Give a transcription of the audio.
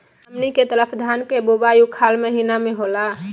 हमनी के तरफ धान के बुवाई उखाड़ महीना में होला